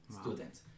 students